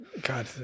God